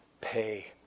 pay